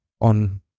on